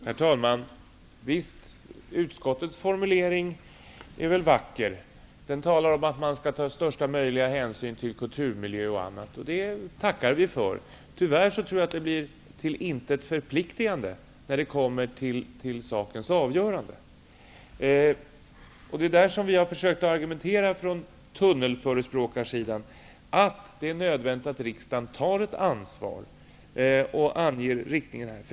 Herr talman! Visst är utskottets formulering vacker. Den talar om att man skall ta största möjliga hänsyn till kulturmiljö och annat. Det tackar vi för. Jag tror tyvärr att detta blir till intet förpliktande, när det kommer till sakens avgörande. Vi från tunnelförespråkarsidan har ju försökt att argumentera för att det är nödvändigt att riksdagen tar ett ansvar och anger riktningen.